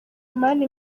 mani